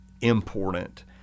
important